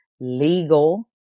legal